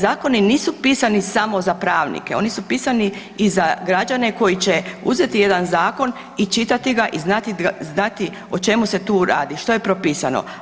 Zakoni nisu pisani samo za pravnike oni su pisani i za građane koji će uzeti jedan zakon i čitati ga i znati o čemu se tu radi, što je propisano.